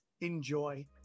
enjoy